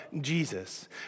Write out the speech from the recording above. Jesus